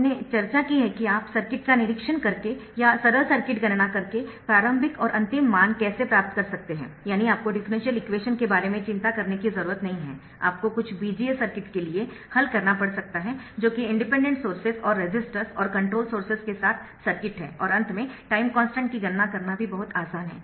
हमने चर्चा की है कि आप सर्किट का निरीक्षण करके या सरल सर्किट गणना करके प्रारंभिक और अंतिम मान कैसे प्राप्त कर सकते है यानी आपको डिफरेंशियल इक्वेशन के बारे में चिंता करने की ज़रूरत नहीं है आपको कुछ बीजीय सर्किट के लिए हल करना पड़ सकता है जो कि इंडिपेंडेंट सोर्सेस और रेसिस्टर्स और कंट्रोल्ड सोर्सेस के साथ सर्किट है और अंत में टाइम कॉन्स्टन्ट की गणना करना भी बहुत आसान है